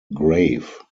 grave